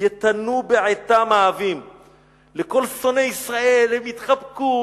יתנו בעטם אהבים" עם כל שונאי ישראל הם יתחבקו,